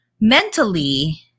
mentally